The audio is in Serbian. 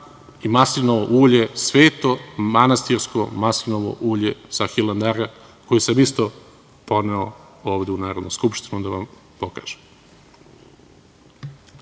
i maslinovo ulje, sveto manastirsko maslinovo ulje sa Hilandara koje sam isto poneo ovde u Narodnu skupštinu da vam pokažem.